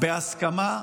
בהסכמה רחבה.